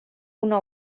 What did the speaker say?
una